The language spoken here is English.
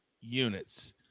units